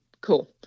Cool